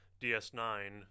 ds9